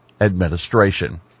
Administration